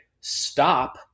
stop